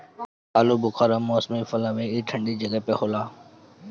आलूबुखारा मौसमी फल हवे ई ठंडा जगही पे होला